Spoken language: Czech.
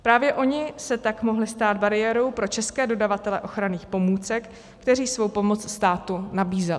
Právě oni se tak mohli stát bariérou pro české dodavatele ochranných pomůcek, kteří svou pomoc státu nabízeli.